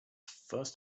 first